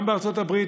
גם בארצות הברית,